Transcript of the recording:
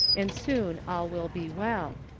and soon all will be well.